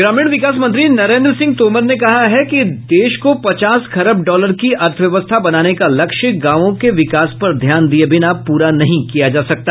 ग्रामीण विकास मंत्री नरेन्द्र सिंह तोमर ने कहा है कि देश को पचास खरब डॉलर की अर्थव्यवस्था बनाने का लक्ष्य गांवों के विकास पर ध्यान दिये बिना पूरा नहीं किया जा सकता